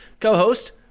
co-host